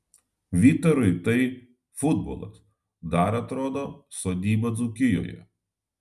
vytarui tai futbolas dar atrodo sodyba dzūkijoje